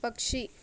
पक्षी